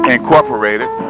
Incorporated